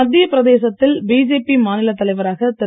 மத்திய பிரதேசத்தில் பிஜேபி மாநிலத் தலைவரக திரு